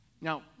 Now